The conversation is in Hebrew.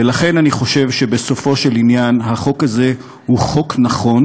ולכן אני חושב שבסופו של עניין החוק הזה הוא חוק נכון,